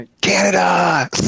Canada